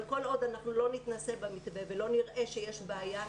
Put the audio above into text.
אבל כל עוד אנחנו לא נתנסה במתווה ולא נראה שיש בעיה,